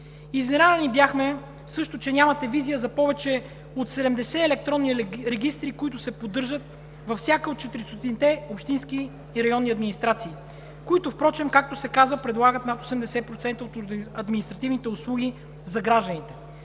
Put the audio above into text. Изненадани бяхме също, че нямате визия за повече от 70 електронни регистри, които се поддържат във всяка от 400-те общински и районни администрации, които впрочем, както се казва, предлагат над 80% от административните услуги за гражданите.